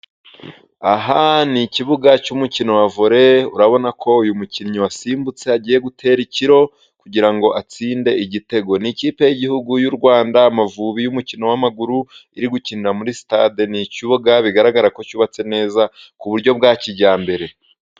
Aha ni ikibuga cy’umukino wa vole. Urabona ko uyu mukinnyi wasimbutse, agiye gutera ikiro kugira ngo atsinde igitego. Ni ikipe y’igihugu y’u Rwanda, Amavubi y’umukino w’amaguru, iri gukinira muri sitade. Ni ikibuga bigaragara ko cyubatse neza ku buryo bwa kijyambere.